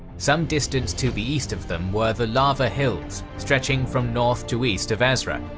some distance to the east of them were the lava hills stretching from north to east of azra,